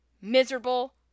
miserable